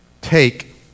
take